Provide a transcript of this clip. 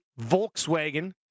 Volkswagen